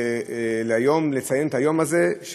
לציין את היום הזה.